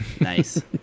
Nice